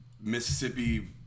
Mississippi